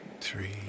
three